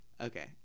Okay